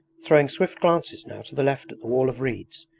throwing swift glances now to the left at the wall of reeds,